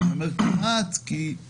אני אומר "כמעט" כי יש